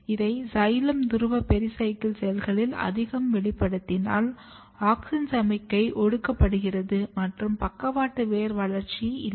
இதை சைலம் துருவ பெரிசைக்கிள் செல்களில் அதிகம் வெளிப்படுத்தினால் ஆக்ஸின் சமிக்ஞை ஒடுக்கப்படுகிறது மற்றும் பக்கவாட்டு வேர் வளர்ச்சியும் இல்லை